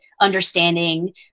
understanding